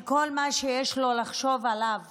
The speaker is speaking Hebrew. שכל מה שיש לו לחשוב עליו